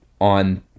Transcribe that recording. on